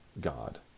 God